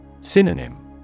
Synonym